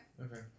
Okay